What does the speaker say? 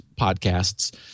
podcasts